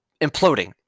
imploding